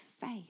faith